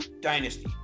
dynasty